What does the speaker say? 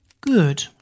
Good